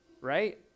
right